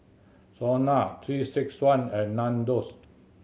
SONA Three Six One and Nandos